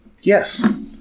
Yes